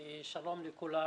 שלום לכולם.